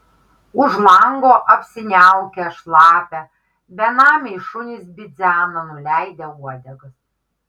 už lango apsiniaukę šlapia benamiai šunys bidzena nuleidę uodegas